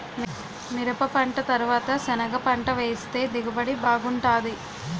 మిరపపంట తరవాత సెనగపంట వేస్తె దిగుబడి బాగుంటాది